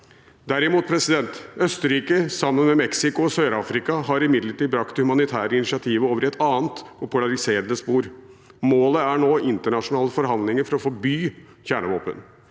Derimot har imidlertid Østerrike sammen med Mexico og Sør-Afrika brakt det humanitære initiativet over i et annet og polariserende spor. Målet er nå internasjonale forhandlinger for å forby kjernevåpen.